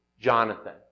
Jonathan